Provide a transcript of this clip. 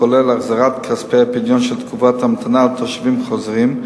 כולל החזרת כספי הפדיון של תקופת ההמתנה לתושבים חוזרים,